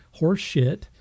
horseshit